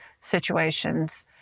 situations